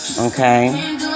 Okay